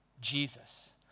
Jesus